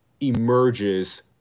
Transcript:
emerges